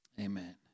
Amen